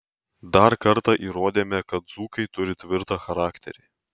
dar kartą įrodėme kad dzūkai turi tvirtą charakterį